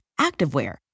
activewear